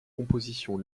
composition